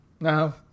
No